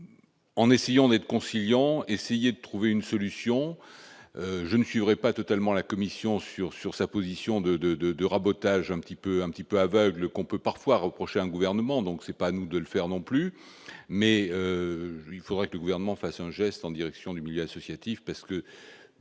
en est si on aide conciliant, essayer de trouver une solution, je ne suivrai pas totalement la Commission sur sur sa position de, de, de, de rabotage un petit peu, un petit peu aveugle qu'on peut parfois reprocher à un gouvernement, donc c'est pas à nous de le faire non plus, mais il faudrait que le gouvernement fasse un geste en direction du milieu associatif, parce que